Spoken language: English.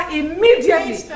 immediately